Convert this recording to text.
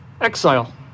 exile